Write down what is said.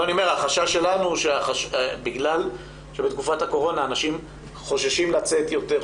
החשש שלנו שבתקופת הקורונה אנשים חוששים לצאת יותר,